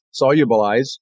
solubilize